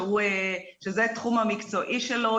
שזה התחום המקצועי שלו,